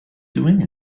doing